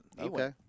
Okay